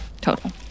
total